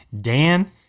Dan